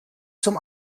zum